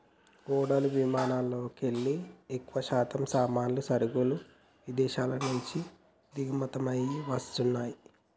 ఓడలు విమానాలల్లోకెల్లి ఎక్కువశాతం సామాన్లు, సరుకులు ఇదేశాల నుంచి దిగుమతయ్యి వస్తన్నయ్యి